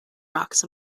rocks